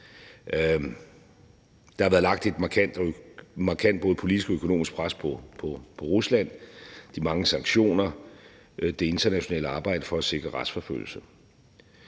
Der har været lagt et markant både politisk og økonomisk pres på Rusland: de mange sanktioner og det internationale arbejde for at sikre retsforfølgelse.